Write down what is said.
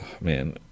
man